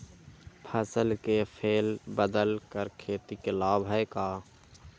फसल के फेर बदल कर खेती के लाभ है का?